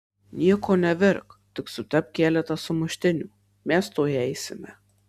nieko nevirk tik sutepk keletą sumuštinių mes tuoj eisime